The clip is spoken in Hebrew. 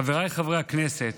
חבריי חברי הכנסת,